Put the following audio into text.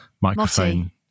microphone